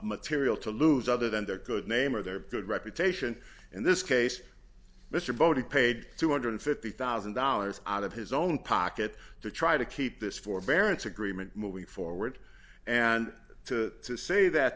material to lose other than their good name or their good reputation in this case mr botha paid two hundred and fifty thousand dollars out of his own pocket to try to keep this forbearance agreement moving forward and to say that